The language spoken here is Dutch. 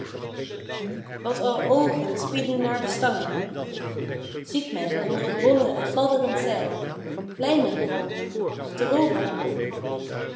wat al oogen spieden naar de stangen ziet men onder t bolle en fladderend zeil lijnen golven achterover hangen